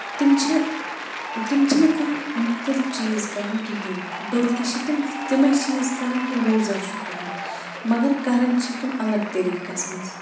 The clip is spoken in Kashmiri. تِم چھِ تِم چھنہٕ کانٛہہ مختٔلِف چیٖز کران کہینۍ بٔلکہِ چھِ تِم تمے چیٖز کران یِہِ لوزر چھُ کران مگر کران چھِ تِم الگ طٔریٖقس منٛز